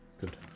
Good